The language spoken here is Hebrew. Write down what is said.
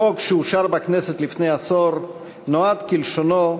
החוק שאושר בכנסת לפני עשור נועד, כלשונו,